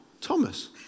Thomas